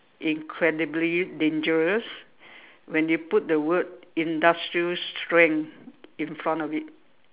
incredibly dangerous when you put the word industrial strength in front of it